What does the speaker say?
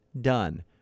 done